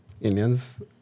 Indians